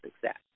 success